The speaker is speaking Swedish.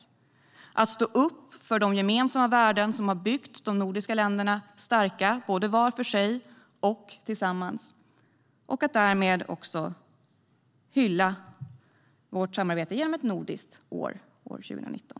Vi anser att vi ska stå upp för de gemensamma värden som har byggt de nordiska länderna starka, både var för sig och tillsammans, och därmed också hylla vårt samarbete genom att fira ett nordiskt år, 2019.